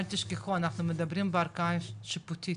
אל תשכחו אנחנו מדברים בערכאה השיפוטית,